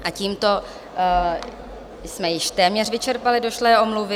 A tímto jsme již téměř vyčerpali došlé omluvy.